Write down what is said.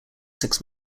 six